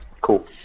Cool